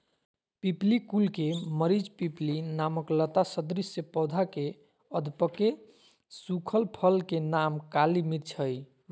पिप्पली कुल के मरिचपिप्पली नामक लता सदृश पौधा के अधपके सुखल फल के नाम काली मिर्च हई